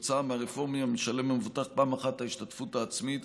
כתוצאה מהרפורמה המבוטח משלם פעם אחת את ההשתתפות העצמית,